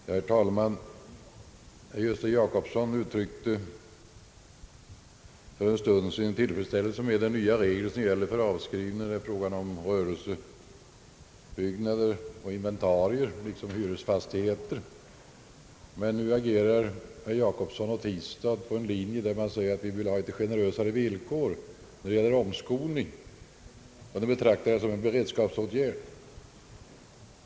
Herr talman! Herr Gösta Jacobsson uttryckte för en stund sedan tillfredsställelse över de nya regler som införes för avskrivningar på rörelsebyggnader, inventarier och hyresfastigheter. Men nu agerar herrar Jacobsson och Tistad på en linje där man vill ha generösare villkor när det gäller omskolning, som de betraktar som en beredskapsåtgärd.